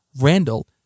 Randall